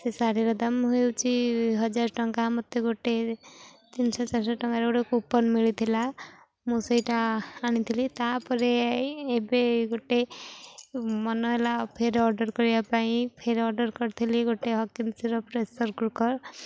ସେ ଶାଢ଼ୀର ଦାମ୍ ହେଉଛି ହଜାର ଟଙ୍କା ମୋତେ ଗୋଟେ ତିନି ଶହ ଚାରି ଶହ ଟଙ୍କାରେ ଗୋଟେ କୁପନ୍ ମିଳିଥିଲା ମୁଁ ସେଇଟା ଆଣିଥିଲି ତାପରେ ଏବେ ଗୋଟେ ମନ ହେଲା ଫେର୍ ଅର୍ଡ଼ର୍ କରିବା ପାଇଁ ଫେର୍ ଅର୍ଡ଼ର୍ କରିଥିଲି ଗୋଟେ ହକିନସ୍ର ପ୍ରେସର୍ କୁକର୍